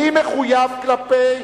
אני מחויב כלפי,